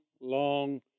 long